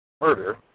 murder